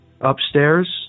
upstairs